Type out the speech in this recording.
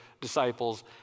disciples